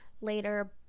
later